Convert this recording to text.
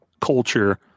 culture